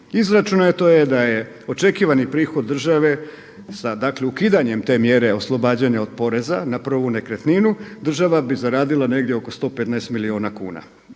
Izračunato je da je očekivani prihod države sa dakle ukidanjem te mjere oslobađanja od poreza na prvu nekretninu, država bi zaradila negdje oko 115 milijuna kuna.